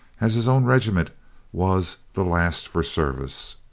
as his own regiment was the last for service.